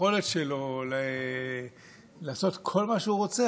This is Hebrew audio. מהיכולת שלו לעשות כל מה שהוא רוצה,